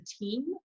team